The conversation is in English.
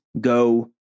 go